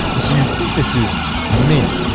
and so you think this is me?